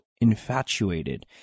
infatuated